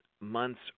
months